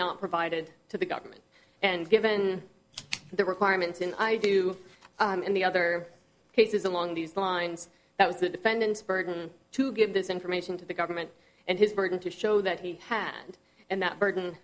not provided to the government and given the requirements and i do i'm in the other cases along these lines that was the defendant's burden to give this information to the government and his burden to show that he hand and that burden